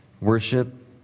worship